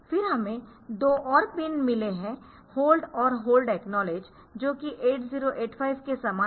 फिर हमें 2 और पिन मिले है होल्ड और होल्ड एकनॉलेज जो कि 8085 के समान है